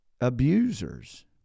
abusers